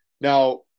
Now